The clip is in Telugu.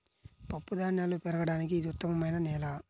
పప్పుధాన్యాలు పెరగడానికి ఇది ఉత్తమమైన నేల